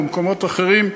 או מקומות אחרים,